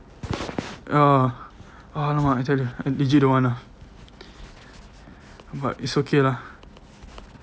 ah !alamak! legit I tell you I don't want ah but it's okay lah